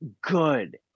good